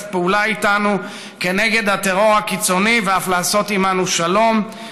פעולה איתנו נגד הטרור הקיצוני ואף לעשות עימנו שלום,